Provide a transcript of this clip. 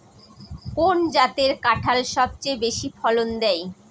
কোন জাতের কাঁঠাল সবচেয়ে বেশি ফলন দেয়?